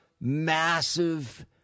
massive